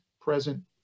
present